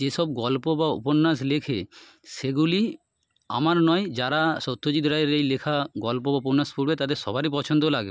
যেসব গল্প বা উপন্যাস লেখে সেগুলি আমার নয় যারা সত্যজিৎ রায়ের এই লেখা গল্প বা উপন্যাস পড়বে তাদের সবারই পছন্দ লাগবে